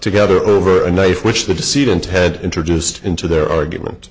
together over a knife which the deceit and ted introduced into their argument